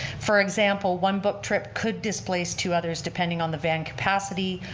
for example, one book trip could displace two others depending on the van capacity,